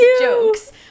jokes